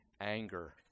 anger